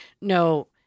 no—